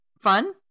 fun